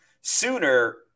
sooner